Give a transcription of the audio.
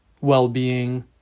well-being